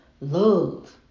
Love